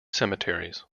cemeteries